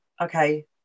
okay